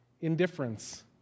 Indifference